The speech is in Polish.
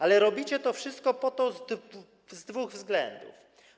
Ale robicie to wszystko z dwóch względów.